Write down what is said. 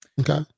okay